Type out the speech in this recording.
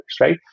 right